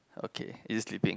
okay is it sleeping